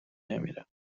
نمیرم